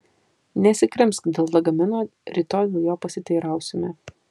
nesikrimsk dėl lagamino rytoj dėl jo pasiteirausime